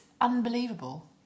unbelievable